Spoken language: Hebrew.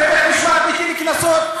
הרי בית-משפט מטיל קנסות,